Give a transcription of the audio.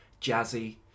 jazzy